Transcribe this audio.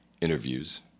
interviews